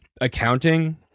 accounting